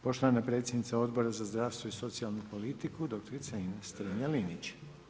Poštovana predsjednica Odbora za zdravstvo i socijalnu politika, doktorica Ines Strenja Linić.